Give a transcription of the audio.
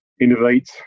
innovate